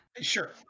Sure